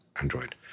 Android